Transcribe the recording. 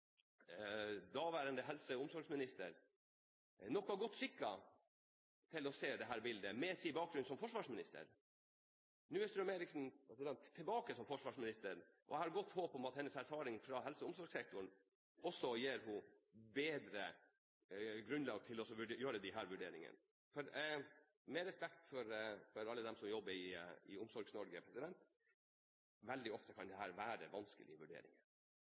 daværende helse- og omsorgsminister, med sin bakgrunn som forsvarsminister, nok var godt skikket til å se dette bildet. Nå er Strøm-Erichsen tilbake som forsvarsminister, og jeg har godt håp om at hennes erfaring fra helse- og omsorgssektoren også gir henne bedre grunnlag for å gjøre disse vurderingene. Med respekt for alle dem som jobber i Omsorgs-Norge kan dette ofte være vanskelige vurderinger. Det